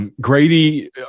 Grady